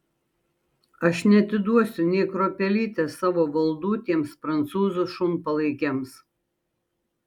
aš neatiduosiu nė kruopelytės savo valdų tiems prancūzų šunpalaikiams